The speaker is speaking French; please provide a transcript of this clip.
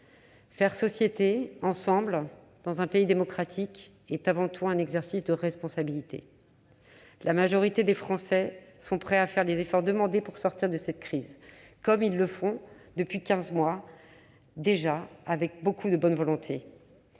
Faire société, ensemble, dans un pays démocratique, est avant tout un exercice de responsabilité. La majorité des Français est prête à faire les efforts demandés pour sortir de cette crise. Nos compatriotes s'y plient déjà depuis quinze mois avec beaucoup de bonne volonté.